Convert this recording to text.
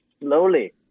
slowly